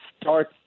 start